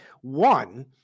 One